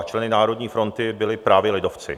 Členy Národní fronty byli právě lidovci.